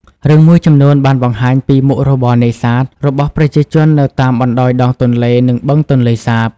រឿងមួយចំនួនបានបង្ហាញពី មុខរបរនេសាទ របស់ប្រជាជននៅតាមបណ្តោយដងទន្លេ និងបឹងទន្លេសាប។